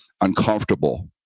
uncomfortable